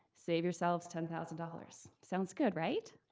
save yourselves ten thousand dollars. sounds good, right?